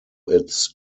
its